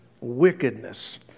wickedness